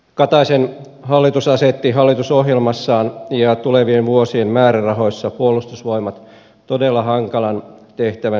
kataisen hallitus asetti hallitusohjelmassaan ja tulevien vuosien määrärahoissa puolustusvoimat todella hankalan tehtävän eteen